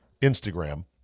Instagram